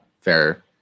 fair